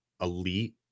elite